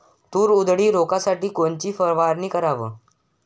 तूर उधळी रोखासाठी कोनची फवारनी कराव?